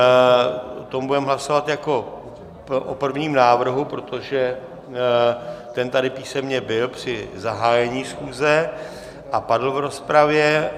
O tom budeme hlasovat jako o prvním návrhu, protože ten tady písemně byl při zahájení schůze a padl v rozpravě.